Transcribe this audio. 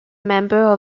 member